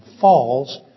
falls